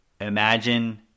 Imagine